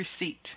receipt